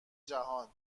جهان